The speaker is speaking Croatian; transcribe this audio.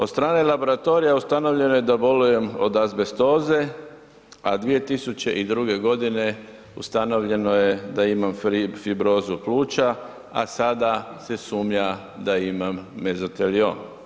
Od strane laboratorija ustanovljeno je da bolujem od azbestoze a 2002. godine ustanovljeno je da imam fibrozu pluća a sada se sumnja da imam mezoteliom.